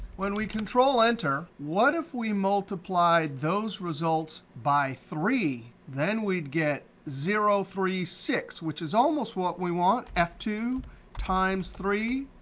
when we control enter, what if we multiply those results by three? then we'd get zero three six, which is almost what we want. f two times three,